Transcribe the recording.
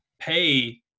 pay